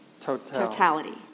totality